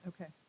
Okay